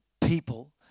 people